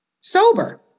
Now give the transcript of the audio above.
sober